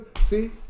See